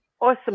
awesome